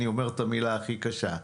אני אומר את המילה הכי קשה.